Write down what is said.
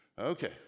Okay